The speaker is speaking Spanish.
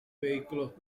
vehículos